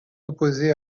opposée